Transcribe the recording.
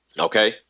Okay